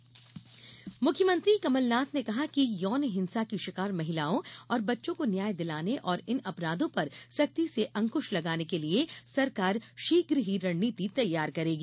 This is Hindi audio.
कमलनाथ मुख्यमंत्री कमल नाथ ने कहा है कि यौन हिंसा की शिकार महिलाओं और बच्चों को न्याय दिलाने और इन अपराधो पर सख्ती से अंकूश लगाने के लिऐ सरकार शीघ्र ही रणनीति तैयार करेगी